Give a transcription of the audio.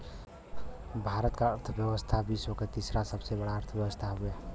भारत क अर्थव्यवस्था विश्व क तीसरा सबसे बड़ा अर्थव्यवस्था हउवे